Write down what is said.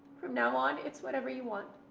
from now on it's whatever you want.